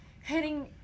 hitting